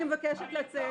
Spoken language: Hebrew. אני מבקשת לצאת.